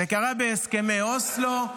זה קרה בהסכמי אוסלו,